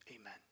Amen